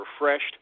refreshed